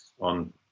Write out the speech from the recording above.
on